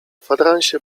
kwadransie